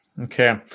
okay